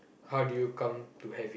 how do you come to have it